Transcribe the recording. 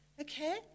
Okay